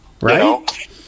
Right